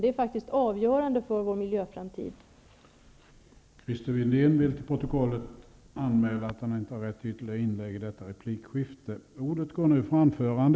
Det är faktiskt avgörande för vår framtida miljö.